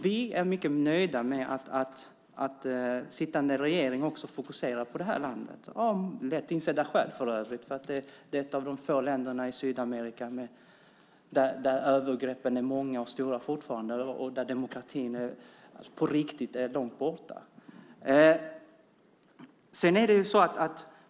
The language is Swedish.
Vi är mycket nöjda med att även den nuvarande regeringen fokuserar på landet, av lätt insedda skäl. Det är ett av de få länderna i Sydamerika där övergreppen fortfarande är många och stora och där demokratin verkligen är långt borta.